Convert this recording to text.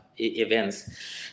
events